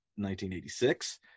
1986